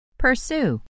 Pursue